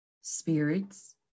spirits